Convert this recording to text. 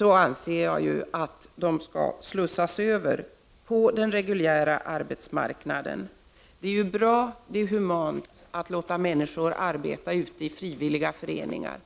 anser jag att dessa människor skall slussas över till den reguljära arbetsmarknaden. Det är bra och humant att låta människor arbeta ute i frivilliga föreningar.